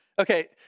Okay